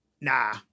Nah